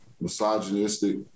misogynistic